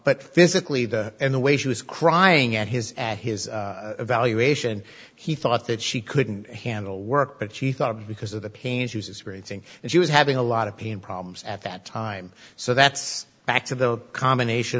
but physically and the way she was crying at his at his evaluation he thought that she couldn't handle work but she thought because of the pains uses a great thing and she was having a lot of pain problems at that time so that's back to the combination